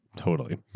totally.